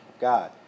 God